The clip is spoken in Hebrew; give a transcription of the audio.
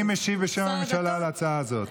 מי משיב בשם הממשלה על ההצעה הזאת?